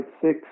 six